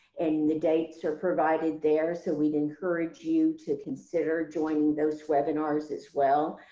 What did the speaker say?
and the dates are provided there. so we'd encourage you to consider joining those webinars as well.